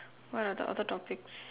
what are the other topics